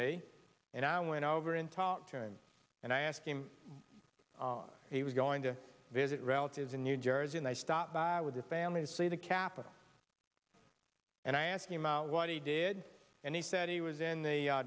me and i went over in talk to him and i asked him if he was going to visit relatives in new jersey and i stopped by with the family to see the capital and i asked him out what he did and he said he was in the